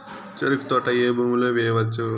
చెరుకు తోట ఏ భూమిలో వేయవచ్చు?